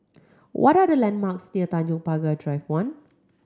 what are the landmarks near Tanjong Pagar Drive One